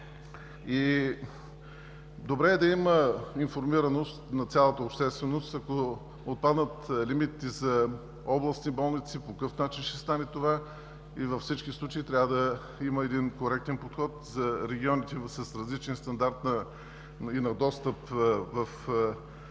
И добре е да има информираност на цялата общественост, ако отпадат лимитите за областни болници, по какъв начин ще стане това и във всички случаи трябва да има един коректен подход за регионите с различен стандарт на достъп, да има